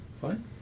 Fine